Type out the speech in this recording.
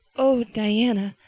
oh, diana,